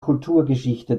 kulturgeschichte